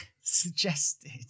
suggested